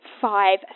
five